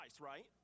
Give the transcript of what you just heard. Right